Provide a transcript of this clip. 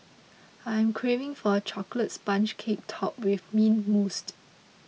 I am craving for a Chocolate Sponge Cake Topped with Mint Mousse